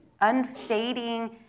unfading